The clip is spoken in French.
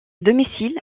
domicile